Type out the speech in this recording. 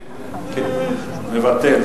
מוותרים.